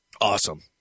Awesome